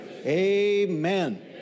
amen